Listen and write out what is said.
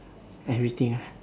everything ah